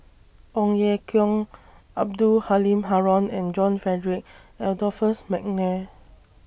Ong Ye Kung Abdul Halim Haron and John Frederick Adolphus Mcnair